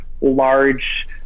large